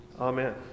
Amen